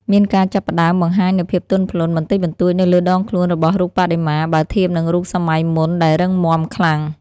មានការចាប់ផ្ដើមបង្ហាញនូវ ភាពទន់ភ្លន់ បន្តិចបន្តួចនៅលើដងខ្លួនរបស់រូបបដិមា បើធៀបនឹងរូបសម័យមុនដែលរឹងម៉ាំខ្លាំង។